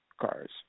cars